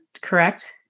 correct